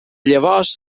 llavors